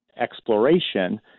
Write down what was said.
exploration